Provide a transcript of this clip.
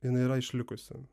jinai yra išlikusi